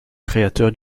créateur